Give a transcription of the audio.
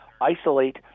isolate